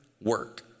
work